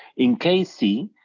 in case c,